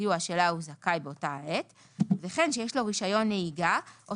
הסיוע שלה הוא זכאי באותה עת וכן שישלו רישיון נהיגה או